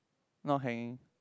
not hanging